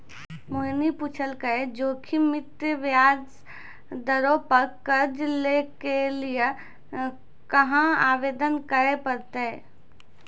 मोहिनी पुछलकै जोखिम मुक्त ब्याज दरो पे कर्जा लै के लेली कहाँ आवेदन करे पड़तै?